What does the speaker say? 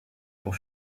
pour